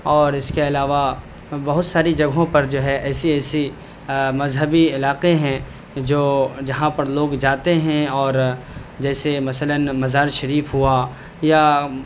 اور اس کے علاوہ بہت ساری جگہوں پر جو ہے ایسی ایسی مذہبی علاقے ہیں جو جہاں پر لوگ جاتے ہیں اور جیسے مثلاً مزار شریف ہوا یا